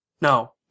No